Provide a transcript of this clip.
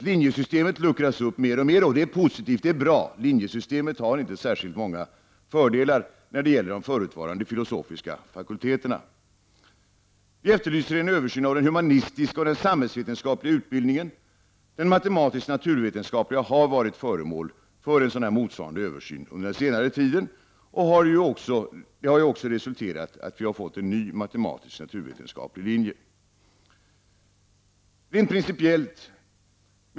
Det luckras upp mer och mer, och det är positivt och bra. Linjesystemet har inte särskilt många fördelar när det gäller de förutvarande filosofiska fakulteterna. Vi efterlyser en översyn av den humanistiska och samhällsvetenskapliga utbildningen. Den matematisk-naturvetenskapliga utbildningen har varit föremål för en motsvarande översyn under senare tid. Det har också resulterat i att vi har fått en ny matematisk-naturvetenskaplig linje.